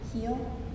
heal